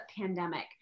pandemic